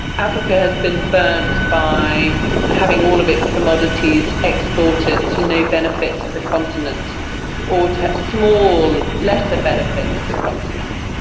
africa has been burnt by having all of its commodities exported to no benefit to the continent or to small, lesser benefit to the continent.